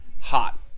hot